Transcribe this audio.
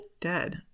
dead